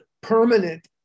permanent